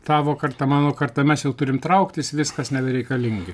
tavo karta mano karta mes jau turim trauktis viskas nebereikalingi